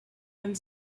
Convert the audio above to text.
and